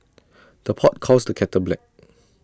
the pot calls the kettle black